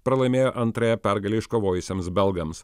pralaimėjo antrąją pergalę iškovojusiems belgams